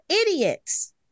idiots